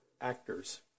actors